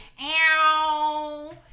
Ow